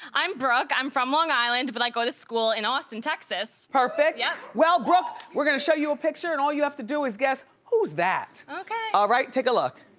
i'm brooke, i'm from long island but i go to school in austin, texas. perfect. yup. well brooke, we're gonna show you a picture and all you have to do is guess who's that. okay. all right, take a look.